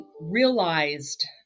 realized